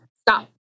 Stop